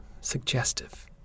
suggestive